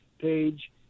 page